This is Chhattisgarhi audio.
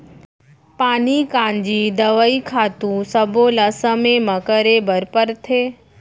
पानी कांजी, दवई, खातू सब्बो ल समे म करे बर परथे